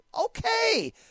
Okay